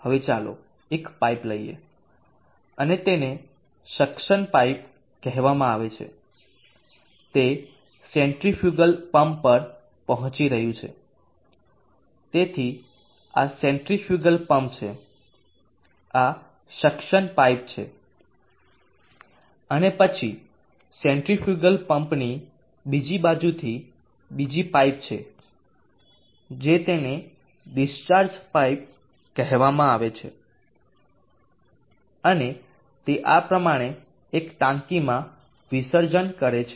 હવે ચાલો એક પાઈપ લઈએ અને તેને સક્શન પાઇપ કહેવામાં આવે છે તે સેન્ટ્રીફ્યુગલ પંપ પર પહોંચી રહ્યું છે તેથી આ સેન્ટ્રીફ્યુગલ પમ્પ છે આ સક્શન પાઇપ છે અને પછી સેન્ટ્રીફ્યુગલ પંપની બીજી બાજુથી બીજી પાઇપ છે જે તેને ડિસ્ચાર્જ પાઇપ કહેવામાં આવે છે અને તે આ પ્રમાણે એક ટાંકીમાં વિસર્જન કરે છે